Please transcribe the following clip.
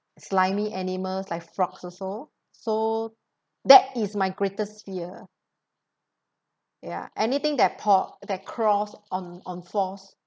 slimy animals like frogs or so so that is my greatest fear ya anything that paw that crawls on on floors